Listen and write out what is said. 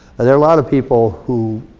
there are a lot of people who,